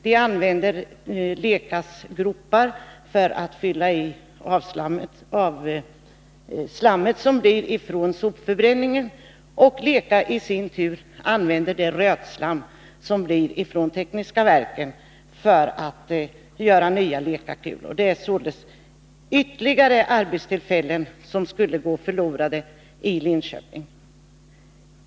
Den kommunala sopförbränningsstationen använder Lecas gropar för att tippa slam från sopförbränningen i, och Leca i sin tur använder tekniska verkens rötslam för att göra nya lecakulor. Det är således ytterligare arbetstillfällen som skulle gå förlorade i Linköping om AMS planer genomförs.